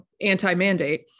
anti-mandate